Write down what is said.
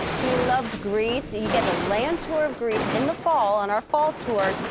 we loved greece. you get a land tour of greece in the fall on our fall tour,